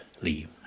leave